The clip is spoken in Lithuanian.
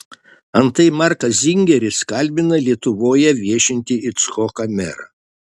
antai markas zingeris kalbina lietuvoje viešintį icchoką merą